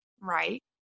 Right